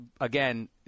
again